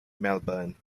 melbourne